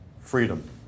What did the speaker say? freedom